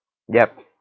yup